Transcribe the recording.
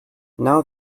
now